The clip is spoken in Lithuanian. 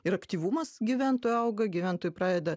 ir aktyvumas gyventojų auga gyventojai pradeda